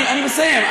אני מסיים.